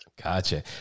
gotcha